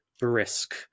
brisk